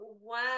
one